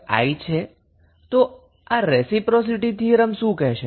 તો આ reciprocity theorem શું કહેશે